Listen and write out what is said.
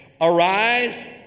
arise